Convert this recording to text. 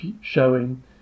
showing